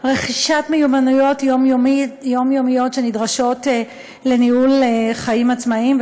רכישת מיומנויות יומיומיות שנדרשות לניהול חיים עצמאיים,